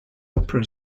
opera